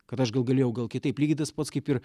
kad aš gal galėjau gal kitaip lygiai tas pats kaip ir